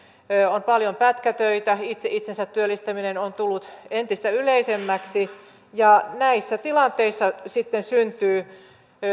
on paljon pätkätöitä itse itsensä työllistäminen on tullut entistä yleisemmäksi ja näissä tilanteissa sitten syntyy